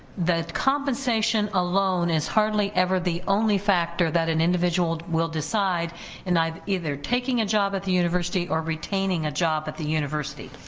the compensation alone is hardly ever the only factor that an individual will decide in either either taking a job at the university or retaining a job at the university.